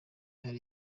hari